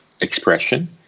expression